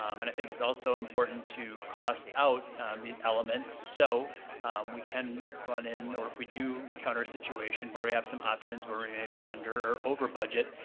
um and i think it's also important to cost out these elements so we can run in, or if we do encounter a situation where we have some options where we may be under or over budget,